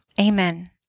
amen